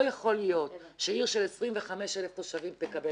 לא יכול להיות שעיר של 25,000 תושבים תקבל